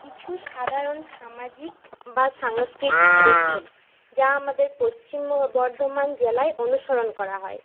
কিছু সাধারণ সামাজিক বা সাংস্কৃতিক রীতি যা আমাদের পশ্চিম বর্ধমান জেলায় অনুসরণ করা হয়